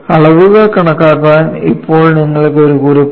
അളവുകൾ കണക്കാക്കാൻ ഇപ്പോൾ നിങ്ങൾക്ക് ഒരു കുറിപ്പ് ഉണ്ട്